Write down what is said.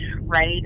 right